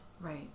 Right